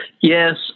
Yes